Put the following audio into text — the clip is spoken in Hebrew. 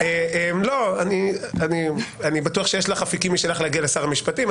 אני בטוח שיש לך אפיקים משלך להגיע לשר המשפטים.